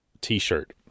t-shirt